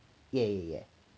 yeah yeah yeah